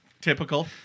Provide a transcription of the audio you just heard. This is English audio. Typical